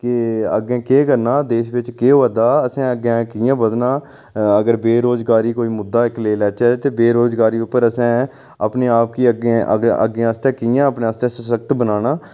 ते अग्गें केह् करना देश बिच केह् होआ दा असें अग्गै कि'यां बद्धना अगर बेरोजगारी कोई मुद्धा इक लेई लैह्चै तां बेरोजगारी उप्पर असें अपनें आप गी असें अग्गें अग्गें आस्तै कि'यां सशक्त बनाना